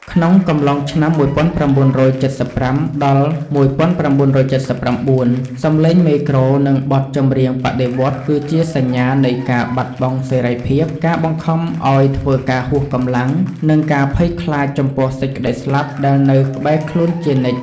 ក្នុងកំឡុងឆ្នាំ ១៩៧៥ ដល់ ១៩៧៩ សម្លេងមេក្រូ និងបទចម្រៀងបដិវត្តន៍គឺជាសញ្ញានៃការបាត់បង់សេរីភាព ការបង្ខំឱ្យធ្វើការហួសកម្លាំង និងការភ័យខ្លាចចំពោះសេចក្តីស្លាប់ដែលនៅក្បែរខ្លួនជានិច្ច។